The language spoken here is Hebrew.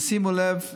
שימו לב,